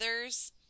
others